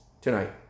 tonight